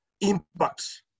impact